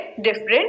different